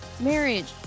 marriage